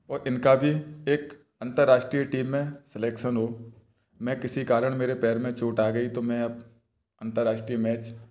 और इनका भी एक अंतरराष्ट्रीय टीम में सेलेक्शन हो मैं किसी कारण मेरे पैर में चोट आ गई तो मैं अब अंतरराष्ट्रीय मैच